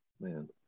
Man